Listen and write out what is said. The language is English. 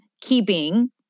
keeping